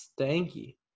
stanky